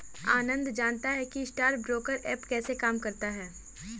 आनंद जानता है कि स्टॉक ब्रोकर ऐप कैसे काम करता है?